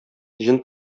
җен